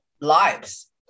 lives